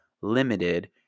limited